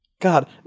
God